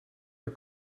are